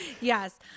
Yes